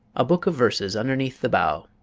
a book of verses underneath the bough